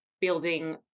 building